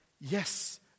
yes